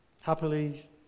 happily